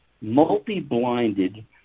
multi-blinded